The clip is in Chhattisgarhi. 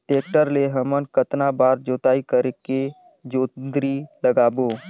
टेक्टर ले हमन कतना बार जोताई करेके जोंदरी लगाबो?